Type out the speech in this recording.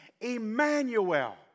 Emmanuel